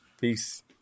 Peace